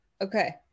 Okay